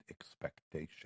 expectation